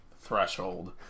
Threshold